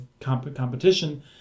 competition